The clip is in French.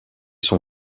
son